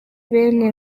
bene